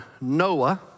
Noah